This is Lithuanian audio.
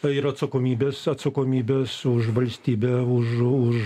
tai yra atsakomybės atsakomybės už valstybę už už